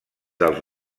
dels